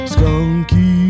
Skunky